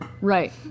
Right